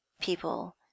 people